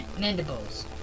mandibles